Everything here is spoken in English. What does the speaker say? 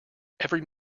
every